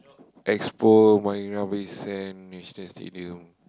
expo Marina-Bay-Sands National-Stadium